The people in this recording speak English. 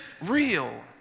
real